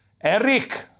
Eric